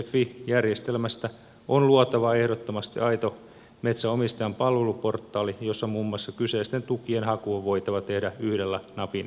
fi järjestelmästä on luotava ehdottomasti aito metsänomistajan palveluportaali jossa muun muassa kyseisten tukien haku on voitava tehdä yhdellä napin painalluksella